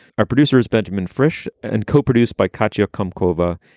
our producer is benjamin frisch and co-produced by katya come cova.